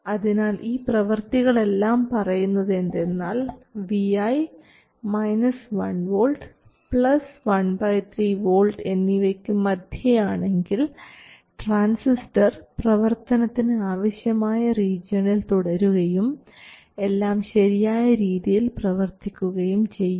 അതിനാൽ ഈ പ്രവർത്തികളെല്ലാം പറയുന്നതെന്തെന്നാൽ vi 1 V 13 V എന്നിവയ്ക്ക് മധ്യേ ആണെങ്കിൽ ട്രാൻസിസ്റ്റർ പ്രവർത്തനത്തിന് ആവശ്യമായ റീജിയണിൽ തുടരുകയും എല്ലാം ശരിയായ രീതിയിൽ പ്രവർത്തിക്കുകയും ചെയ്യും